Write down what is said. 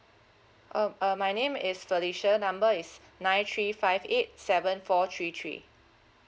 um uh my name is felicia number is nine three five eight seven four three three